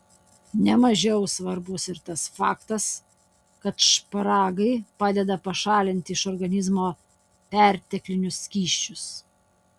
ne mažiau svarbus ir tas faktas kad šparagai padeda pašalinti iš organizmo perteklinius skysčius